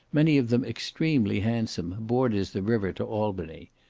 many of them extremely handsome, borders the river to albany.